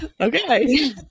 okay